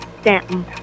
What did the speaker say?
Stanton